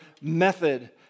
method